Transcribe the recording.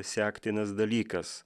sektinas dalykas